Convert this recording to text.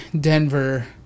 Denver